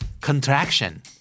Contraction